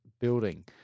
building